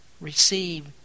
Receive